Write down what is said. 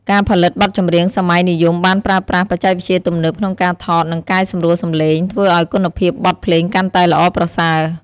ការផលិតបទចម្រៀងសម័យនិយមបានប្រើប្រាស់បច្ចេកវិទ្យាទំនើបក្នុងការថត និងកែសម្រួលសំឡេង ធ្វើឱ្យគុណភាពបទភ្លេងកាន់តែល្អប្រសើរ។